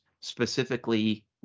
specifically